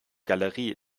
galerie